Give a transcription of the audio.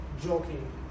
joking